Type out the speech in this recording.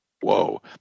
Whoa